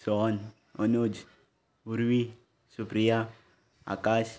Sohan Anuj Urvi Supriya Akash